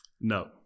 No